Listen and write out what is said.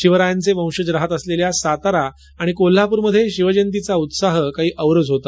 शिवरायांचे वंशज राहत असलेल्या सातारा आणि कोल्हापुर मध्ये शिवजयतीचा उत्साह काही औरच होता